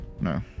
No